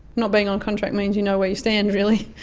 not being on contract means you know where you stand really.